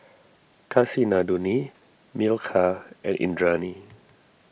Kasinadhuni Milkha and Indranee